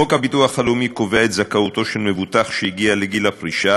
חוק הביטוח הלאומי קובע את זכאותו של מבוטח שהגיע לגיל פרישה